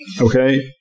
Okay